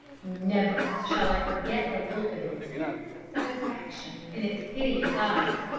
never shall i forget the look of intense satisfaction in its hideous eyes,